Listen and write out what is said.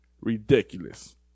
ridiculous